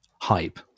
hype